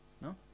No